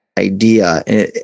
idea